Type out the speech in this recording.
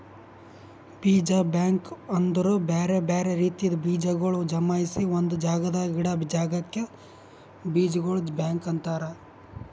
ಬೀಜ ಬ್ಯಾಂಕ್ ಅಂದುರ್ ಬ್ಯಾರೆ ಬ್ಯಾರೆ ರೀತಿದ್ ಬೀಜಗೊಳ್ ಜಮಾಯಿಸಿ ಒಂದು ಜಾಗದಾಗ್ ಇಡಾ ಜಾಗಕ್ ಬೀಜಗೊಳ್ದು ಬ್ಯಾಂಕ್ ಅಂತರ್